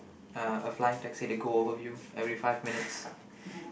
uh a flying taxi to go over you every five minutes